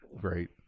great